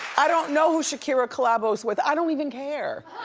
i don't know who shakira collabos with, i don't even care.